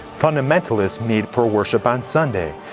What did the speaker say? fundamentalists meet for worship on sunday,